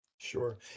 Sure